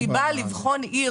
אני חושבת שצריך לשנות את השיטה,